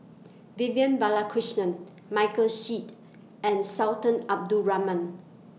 Vivian Balakrishnan Michael Seet and Sultan Abdul Rahman